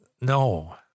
No